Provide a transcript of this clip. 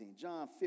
John